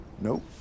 Nope